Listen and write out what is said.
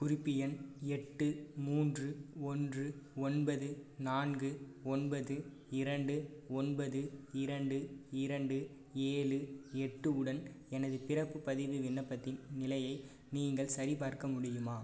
குறிப்பு எண் எட்டு மூன்று ஒன்று ஒன்பது நான்கு ஒன்பது இரண்டு ஒன்பது இரண்டு இரண்டு ஏழு எட்டு உடன் எனது பிறப்பு பதிவு விண்ணப்பத்தின் நிலையை நீங்கள் சரிபார்க்க முடியுமா